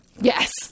Yes